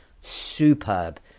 superb